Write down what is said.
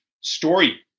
story